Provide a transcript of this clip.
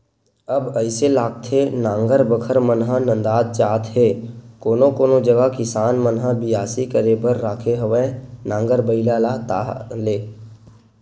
अब अइसे लागथे नांगर बखर मन ह नंदात जात हे कोनो कोनो जगा किसान मन ह बियासी करे बर राखे हवय नांगर बइला ला ताहले